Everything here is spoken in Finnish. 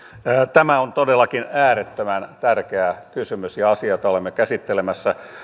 tämä on todellakin äärettömän tärkeä kysymys ja asia jota olemme käsittelemässä